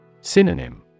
Synonym